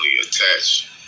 attached